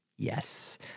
Yes